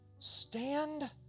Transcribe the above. Stand